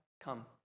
Come